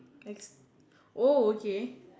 next oh okay